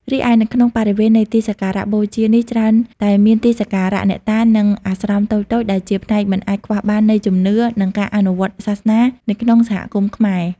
រីឯ នៅក្នុងបរិវេណនៃទីសក្ការៈបូជានេះ ច្រើនតែមានទីសក្ការៈអ្នកតា និងអាស្រមតូចៗដែលជាផ្នែកមិនអាចខ្វះបាននៃជំនឿ និងការអនុវត្តសាសនានៅក្នុងសហគមន៍ខ្មែរ។